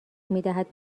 میدهد